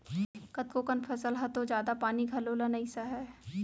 कतको कन फसल ह तो जादा पानी घलौ ल नइ सहय